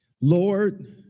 Lord